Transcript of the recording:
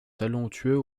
talentueux